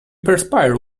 perspire